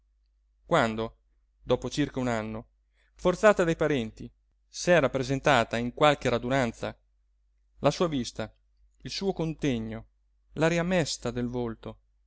paese quando dopo circa un anno forzata dai parenti s'era presentata in qualche radunanza la sua vista il suo contegno l'aria mesta del volto